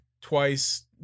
twice